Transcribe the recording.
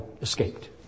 escaped